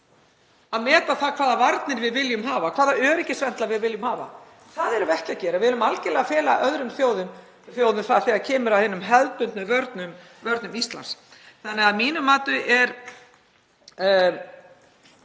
að meta hvaða varnir við viljum hafa, hvaða öryggisventla við viljum hafa. Það erum við ekki að gera. Við erum algerlega að fela öðrum þjóðum það þegar kemur að hinum hefðbundnu vörnum Íslands. Þannig að mínu mati er